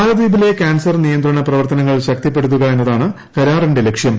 മാലദ്വീപിലെ cancer നിയന്ത്രണ പ്രവർത്തനങ്ങൾ ശക്തിപ്പെടുത്തുക എന്നതാണ് കരാറിന്റെ ലക്ഷ്യം